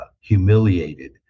humiliated